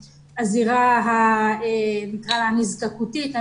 נקרא לה ההזדקקותית.